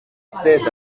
ces